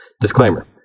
disclaimer